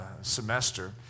semester